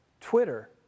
Twitter